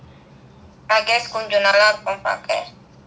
I guess கொஞ்சம் நிறையா பண்றாங்க:konjam niraiyaa pandraanga